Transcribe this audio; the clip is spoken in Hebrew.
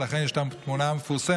ולכן יש את התמונה המפורסמת,